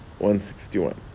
161